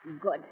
Good